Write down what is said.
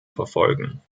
verfolgen